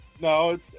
No